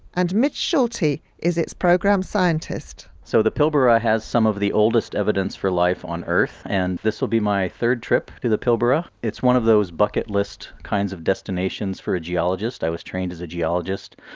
and mitch schulte is its program scientist. so the pilbara has some of the oldest evidence for life on earth, and this will be my third trip to the pilbara. it's one of those bucket-list kinds of destinations for a geologist. i was trained as a geologist,